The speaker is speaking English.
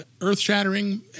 earth-shattering